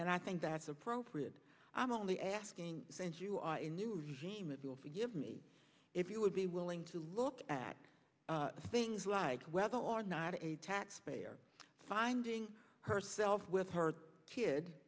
and i think that's appropriate i'm only asking since you are in new york give me if you would be willing to look at things like whether or not a taxpayer finding herself with her kid